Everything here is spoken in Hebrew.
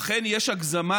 אכן יש הגזמה,